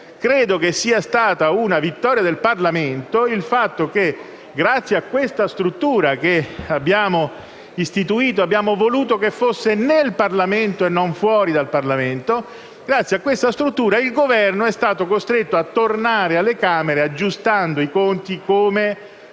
credo che sia stata una vittoria del Parlamento il fatto che, grazie a questa struttura che abbiamo istituito e voluto che fosse nel Parlamento e non al di fuori, il Governo è stato costretto a tornare alle Camere, aggiustando i conti così